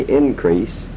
increase